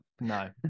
No